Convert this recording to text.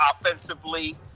offensively